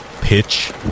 pitch